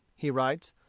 he writes,